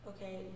Okay